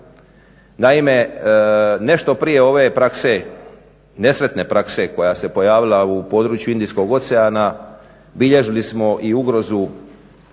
Naime, nešto prije ove prakse, nesretne prakse koja se pojavila u području Indijskog oceana bilježili smo i ugrozu